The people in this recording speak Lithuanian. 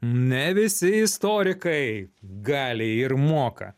ne visi istorikai gali ir moka